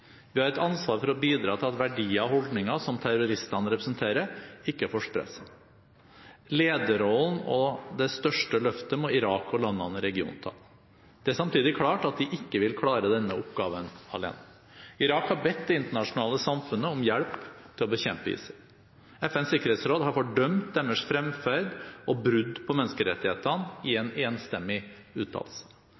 Vi har et ansvar for å bidra til at verdier og holdninger som terroristene representerer, ikke får spre seg. Lederrollen og det største løftet må Irak og landene i regionen ta. Det er samtidig klart at de ikke vil klare denne oppgaven alene. Irak har bedt det internasjonale samfunnet om hjelp til å bekjempe ISIL. FNs sikkerhetsråd har fordømt deres fremferd og brudd på menneskerettighetene i en